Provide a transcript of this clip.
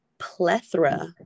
plethora